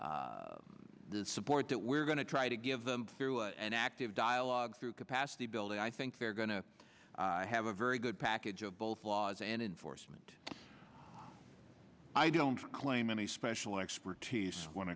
with the support that we're going to try to give them through an active dialogue through capacity building i think they're going to have a very good package of both laws and enforcement i don't claim any special expertise when